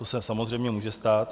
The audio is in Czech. To se samozřejmě může stát.